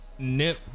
Nip